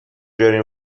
بیارین